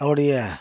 நம்முடைய